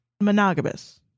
monogamous